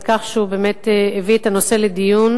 התשע"א